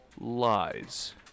lies